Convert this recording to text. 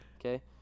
Okay